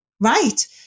right